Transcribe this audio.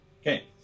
Okay